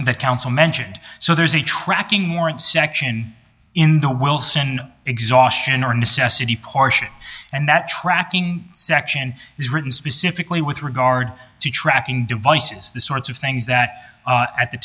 and the counsel mentioned so there's a tracking warrant section in the wilson exhaustion or necessity and that tracking section is written specifically with regard to tracking devices the sorts of things that at the